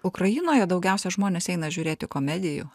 ukrainoje daugiausia žmonės eina žiūrėti komedijų